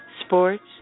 Sports